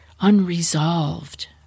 unresolved